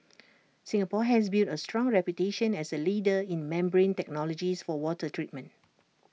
Singapore has built A strong reputation as A leader in membrane technologies for water treatment